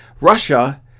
Russia